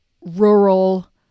rural